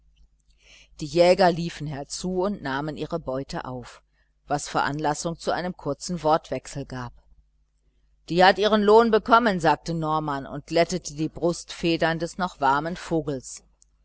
die jäger liefen herzu und nahmen ihre beute auf was veranlassung zu einem kurzen wortwechsel gab die hat ihren lohn bekommen sagte norman und glättete die brustfedern des noch warmen vogels